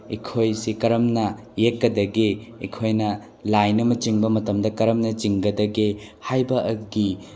ꯑꯩꯈꯣꯏꯁꯤ ꯀꯔꯝꯅ ꯌꯦꯛꯀꯗꯒꯦ ꯑꯩꯈꯣꯏꯅ ꯂꯥꯏꯟ ꯑꯃ ꯆꯤꯡꯕ ꯃꯇꯝꯗ ꯀꯔꯝꯕ ꯆꯤꯡꯒꯗꯒꯦ ꯍꯥꯏꯕꯒꯤ